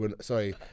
sorry